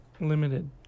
limited